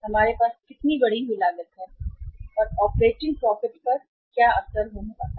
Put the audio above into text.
हमारे पास कितनी बढ़ी हुई लागत है और ऑपरेटिंग प्रॉफिट पर क्या असर होने वाला है